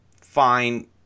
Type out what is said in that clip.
fine